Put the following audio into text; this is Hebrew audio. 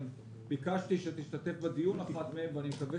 גם ביקשתי שאחת מהן תשתתף בדיון ואני מקווה